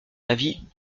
avis